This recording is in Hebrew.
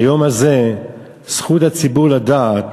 מהיום הזה זכות הציבור לדעת